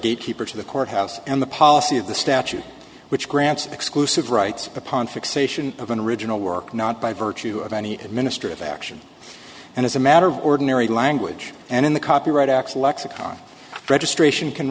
gate keeper to the court house and the policy of the statute which grants exclusive rights upon fixation of an original work not by virtue of any administrative action and as a matter of ordinary language and in the copyright act lexicon registration can